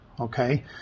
okay